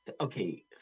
Okay